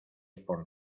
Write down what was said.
pon